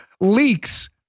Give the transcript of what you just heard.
leaks